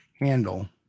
handle